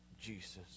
Jesus